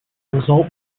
result